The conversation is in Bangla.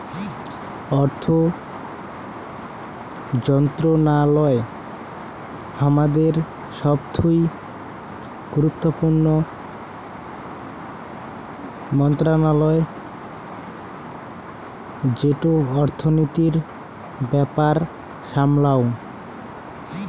অর্থ মন্ত্রণালয় হামাদের সবথুই গুরুত্বপূর্ণ মন্ত্রণালয় যেটো অর্থনীতির ব্যাপার সামলাঙ